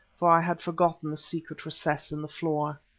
for i had forgotten the secret recess in the floor.